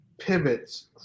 pivots